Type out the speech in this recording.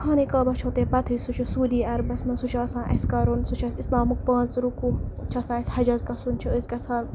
خانہ کعبہ چھو تۄہہِ پَتہٕ ہٕے سُہ چھِ سعوٗدی عربَس منٛز سُہ چھِ آسان اَسہِ کَرُن سُہ چھِ اَسہِ اِسلامُک پانٛژھ رکوٗع چھِ آسان اَسہِ حَجَس گژھُن چھِ أسۍ گژھان